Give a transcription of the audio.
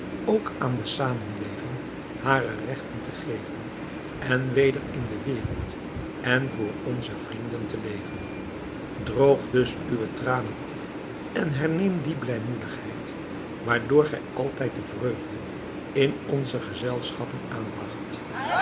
ook aan de zamenleving hare regten te geven en weder in de wereld en voor onze vrienden te leven droog dus uwe tranen af en herneem die blijmoedigheid waardoor gij altijd de vreugde in onze gezelschappen